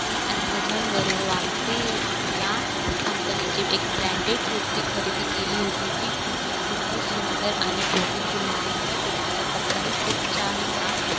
मी ॲमेझॉनवरून वामसी या कंपनीची एक ब्रँडेड कुर्ती खरेदी केली होती ती कुर्ती खूपच सुंदर आणि ब्युटिफुल होती त्या कुर्तीचा कपडा ही खूप छान होता